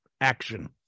action